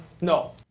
no